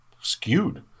skewed